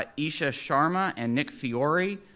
ah isha sharma and nick fiore,